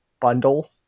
bundle